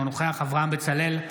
אינו נוכח אברהם בצלאל,